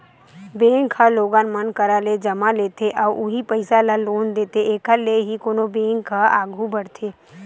bank ह लोगन मन करा ले जमा लेथे अउ उहीं पइसा ल लोन देथे एखर ले ही कोनो बेंक ह आघू बड़थे